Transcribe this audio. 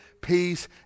peace